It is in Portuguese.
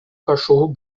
cachorro